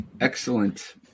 Excellent